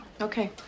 Okay